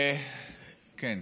כן,